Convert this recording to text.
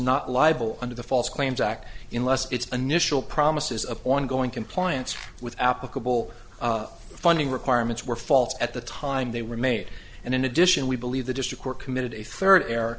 not liable under the false claims act in less its initial promises of ongoing compliance with applicable funding requirements were false at the time they were made and in addition we believe the district court committed a third